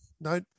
No